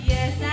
Yes